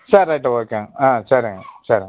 சேரி ரைட்டு ஓகேங்க ஆ சரிங்க சரிங்க